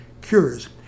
cures